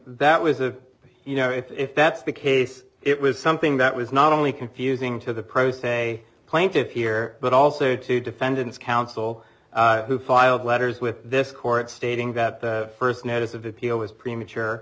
that was a you know if that's the case it was something that was not only confusing to the pro se plaintiff here but also to defendant's counsel who filed letters with this court stating that the st notice of appeal was premature